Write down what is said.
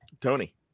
Tony